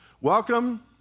Welcome